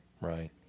right